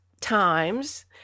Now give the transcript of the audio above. times